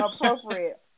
appropriate